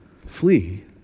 flee